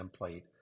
template